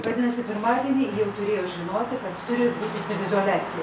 vadinasi pirmadienį jau turėjo žinoti kad turi būti saviizoliacijoj